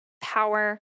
power